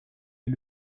est